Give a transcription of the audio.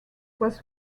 was